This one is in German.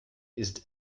ist